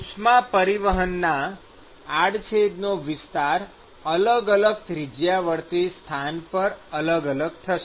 ઉષ્મા પરિવહનના આડછેદનો વિસ્તાર અલગ અલગ ત્રિજ્યાવર્તી સ્થાન પર અલગ અલગ થશે